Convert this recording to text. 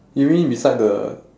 you mean beside the